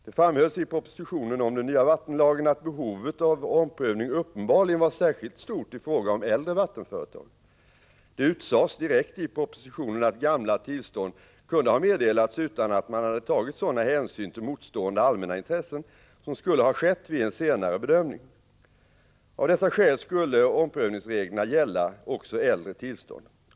Det framhölls i propositionen om den nya vattenlagen att behovet av omprövning uppenbarligen var särskilt stort i fråga om äldre vattenföretag. Det utsades direkt i propositionen att gamla tillstånd kunde ha meddelats utan att man hade tagit sådana hänsyn till motstående allmänna intressen som skulle ha skett vid en senare bedömning. Av dessa skäl skulle omprövningsreglerna gälla också äldre tillstånd.